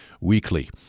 Weekly